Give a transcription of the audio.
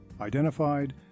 identified